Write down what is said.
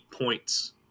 points